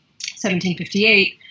1758